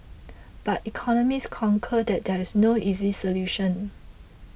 but economists concur that there is no easy solution